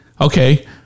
Okay